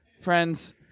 friends